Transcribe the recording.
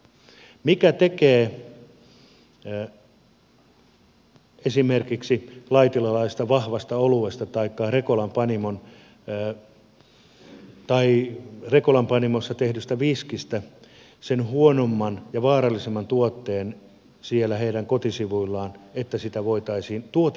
mikä tekee esimerkiksi laitilalaisesta vahvasta oluesta taikka rekolan panimossa tehdystä viskistä sen huonomman ja vaarallisemman tuotteen siellä heidän kotisivuillaan ettei siitä voitaisi tehdä tuote esittelyä